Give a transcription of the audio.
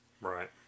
Right